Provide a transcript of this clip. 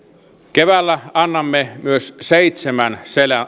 keväällä annamme myös seitsemän